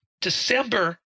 December